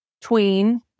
tween